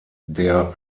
der